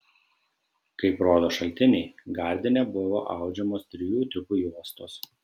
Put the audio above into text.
kaip rodo šaltiniai gardine buvo audžiamos trijų tipų juostos